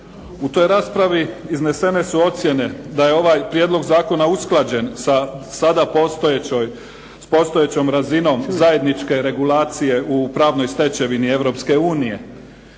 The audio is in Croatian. U toj raspravi iznesene su ocjene da je ovaj prijedlog zakona usklađen sa sada postojećom razinom zajedničke regulacije u pravnoj stečevini Europske unije,